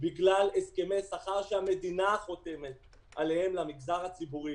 בגלל הסכמי שכר שהמדינה חותמת עליהם למגזר הציבורי.